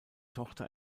tochter